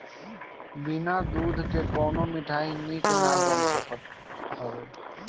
बिना दूध के कवनो मिठाई निक ना बन सकत हअ